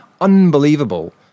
unbelievable